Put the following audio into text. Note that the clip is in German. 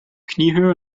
kniehöhe